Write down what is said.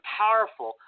powerful